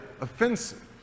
offensive